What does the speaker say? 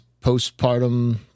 postpartum